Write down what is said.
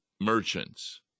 merchants